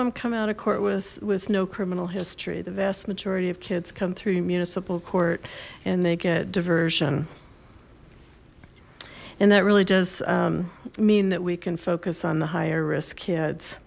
them come out of court with with no criminal history the vast majority of kids come through municipal court and they get diversion and that really does mean that we can focus on the higher risk kids